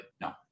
no